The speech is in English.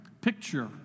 picture